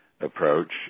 Approach